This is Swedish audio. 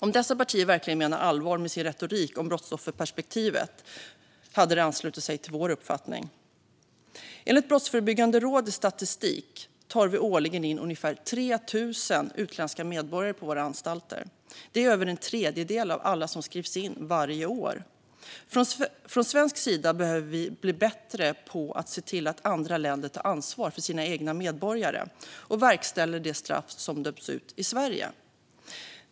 Om dessa partier verkligen menade allvar med sin retorik om brottsofferperspektivet hade de anslutit sig till vår uppfattning. Enligt Brottsförebyggande rådets statistik tar vi årligen in ungefär 3 000 utländska medborgare på våra anstalter. Det är över en tredjedel av alla som skrivs in varje år. Från svensk sida behöver vi bli bättre på att se till att andra länder tar ansvar för sina egna medborgare och verkställer de straff som dömts ut i Sverige.